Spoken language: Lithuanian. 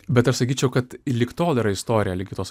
bet aš sakyčiau kad lig tol yra istoriją ligi tos